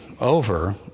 over